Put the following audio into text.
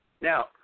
Now